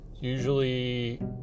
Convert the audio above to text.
usually